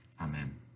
Amen